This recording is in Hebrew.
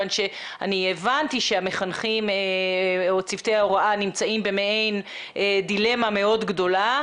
אני הבנתי שהמחנכים או צוותי ההוראה נמצאים במעין דילמה מאוד גדולה.